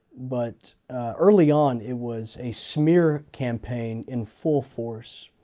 but early on it was a smear campaign in full force.